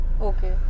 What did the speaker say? Okay